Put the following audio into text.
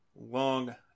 long